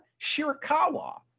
Shirakawa